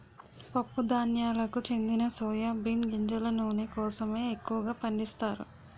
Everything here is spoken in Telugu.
పప్పు ధాన్యాలకు చెందిన సోయా బీన్ గింజల నూనె కోసమే ఎక్కువగా పండిస్తారు